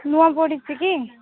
ନୂଆ ପଡ଼ିଛି କି